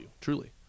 truly